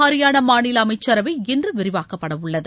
ஹரியானா அமைச்சரவை இன்று விரிவாக்கப்படவுள்ளது